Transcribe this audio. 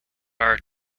our